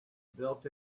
built